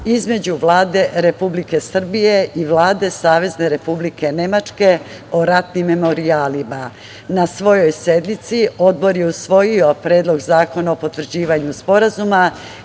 između Vlade Republike Srbije i Vlade Savezne Republike Nemačke o ratnim memorijalima. Na svojoj sednici Odbor je usvojio Predlog zakona o potvrđivanju sporazuma